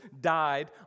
died